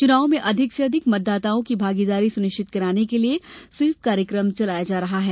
चुनाव में अधिक से अधिक मतदाताओं की भागीदारी सुनिश्चित कराने के लिए स्वीप कार्यक्रम चलाया जा रहा है